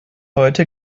heute